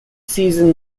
season